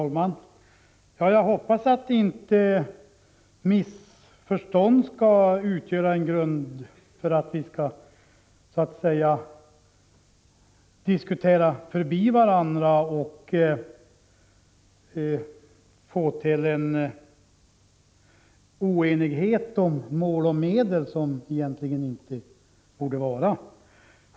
Herr talman! Jag hoppas att missförstånd inte skall vara grunden till att vi diskuterar förbi varandra eller att oenighet om mål och medel skall uppstå där oenighet inte borde råda.